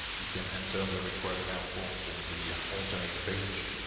you can enter the required airports in the yeah alternate page,